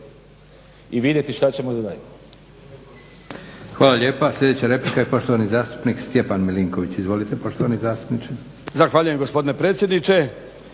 i vidjeti šta ćemo za